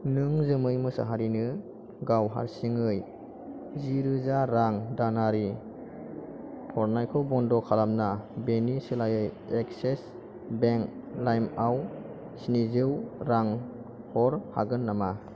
नों जोमै मुसाहारिनो गाव हारसिङै जिरोजा रां दानारि हरनायखौ बन्द' खालामना बेनि सोलायै एक्सिस बेंक लाइमआव स्निजौ रां हरनो हागोन नामा